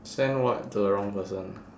send what to the wrong person